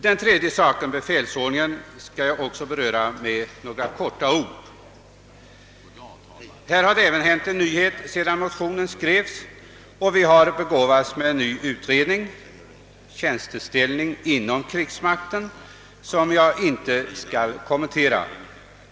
Den tredje frågan, befälsordningen, vill jag också beröra med några få ord. Även i detta sammanhang har det hänt en nyhet sedan motionen skrevs. Vi har begåvats med en ny utredning beträffande tjänsteställning inom krigsmakten, vilken jag inte närmare skall kommentera.